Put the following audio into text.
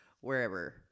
wherever